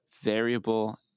variable